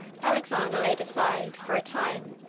alexander laid aside, for a time,